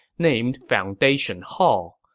named foundation hall,